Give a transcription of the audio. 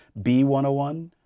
B101